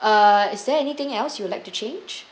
uh is there anything else you'd like to change